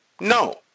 No